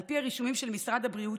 על פי הרישומים של משרד הבריאות,